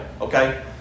okay